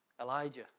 Elijah